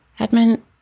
Edmund